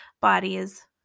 Bodies